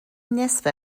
نصف